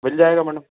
मिल जाएगा मैडम